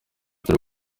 dore